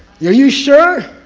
you you sure?